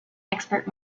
expert